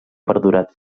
perdurat